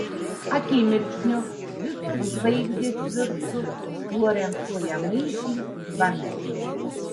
akimirksniu visos žvaigždės virstų fluorescuojamaisiais vamzdžiais